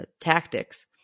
tactics